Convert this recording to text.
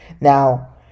Now